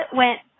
went